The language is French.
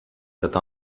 cette